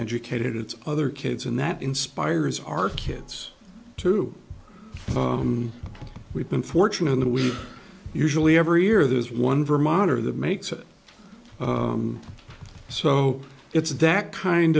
educated other kids and that inspires our kids to we've been fortunate in that we usually every year there's one vermonter that makes it so it's that kind